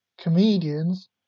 comedians